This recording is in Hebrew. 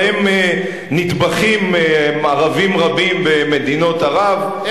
שבהן נטבחים ערבים רבים במדינות ערב,